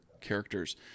characters